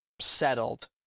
settled